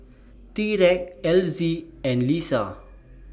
Tyreek Elzie and Lissa